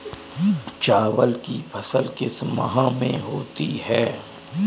चावल की फसल किस माह में होती है?